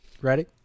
Ready